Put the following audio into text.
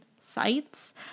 sites